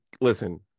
listen